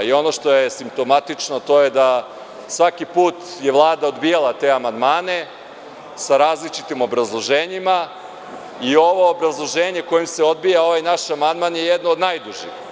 Ono što je simptomatično to je da svaki put je Vlada odbijala te amandmane sa različitim obrazloženjima i ovo obrazloženje kojim se odbija ovaj naš amandman je jedno od najdužih.